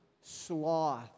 sloth